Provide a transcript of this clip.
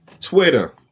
Twitter